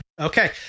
Okay